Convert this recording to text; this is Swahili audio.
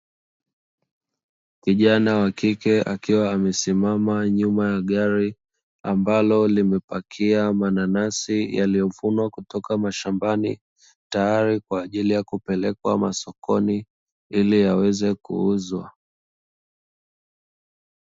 Kijana wa kike akiwa amesimama nyuma ya gari ambalo limepakia mananasi yaliyovunwa kutoka mashambani tayari kwa ajili ya kupelekwa sokoni ili yaweze kuuzwa.